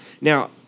Now